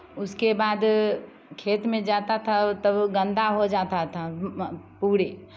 उसके बाद खेत में जाता था तब गंदा हो जाता था पूरी